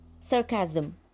Sarcasm –